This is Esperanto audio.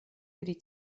pri